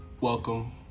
Welcome